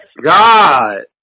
God